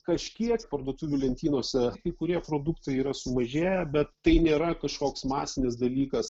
kažkiek parduotuvių lentynose kai kurie produktai yra sumažėję bet tai nėra kažkoks masinis dalykas